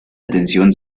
atención